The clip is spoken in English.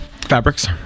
Fabrics